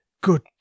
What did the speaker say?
Good